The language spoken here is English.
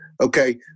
Okay